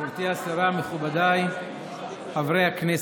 גברתי השרה, מכובדיי חברי הכנסת,